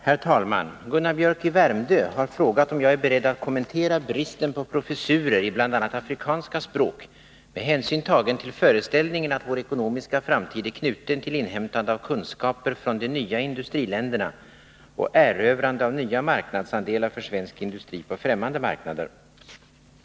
Herr talman! Gunnar Biörck i Värmdö har frågat om jag är beredd att kommentera bristen på professurer i bl.a. afrikanska språk med hänsyn tagen till föreställningen att vår ekonomiska framtid är knuten till inhämtande av kunskaper från de nya industriländerna och erövrande av nya marknadsandelar för svensk industri på fträmmande marknader.